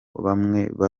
basenga